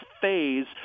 phase